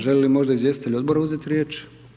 Želi li možda izvjestitelj odbora uzeti riječ?